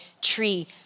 tree